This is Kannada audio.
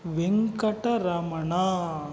ವೆಂಕಟರಮಣ